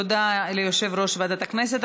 תודה ליושב-ראש ועדת הכנסת.